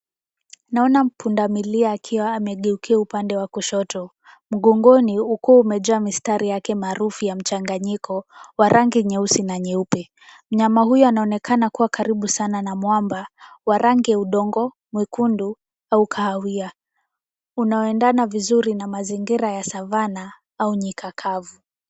Naona pundamilia akiwa amegeukia upande wa kushoto, mgongoni ukiwa umejaa mistari yake maarufu ya mchanganyiko wa rangi ya nyeusi na nyeupe. Mnyama huyu anaonekana kuwa karibu sana na mwamba wa rangi ya udongo mwekundu au kahawia unaoendana vizuri na mazingira ya savana au nyika kavu.